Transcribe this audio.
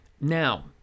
Now